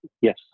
Yes